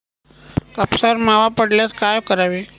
कापसावर मावा पडल्यास काय करावे?